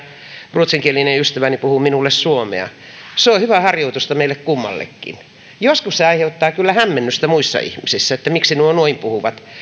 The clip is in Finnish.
ruotsinkielinen ystäväni puhuu minulle suomea se on hyvää harjoitusta meille kummallekin joskus se aiheuttaa kyllä hämmennystä muissa ihmisissä että miksi nuo noin puhuvat